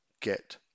Get